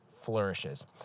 flourishes